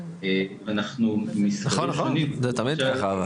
זה תמיד ככה.